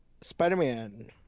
Spider-Man